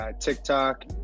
tiktok